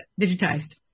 digitized